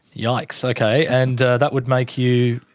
yikes! okay. and that would make you.